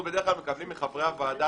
אנחנו בדרך כלל מקבלים מחברי הוועדה